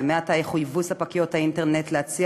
ומעתה יחויבו ספקיות האינטרנט להציע